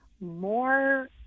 more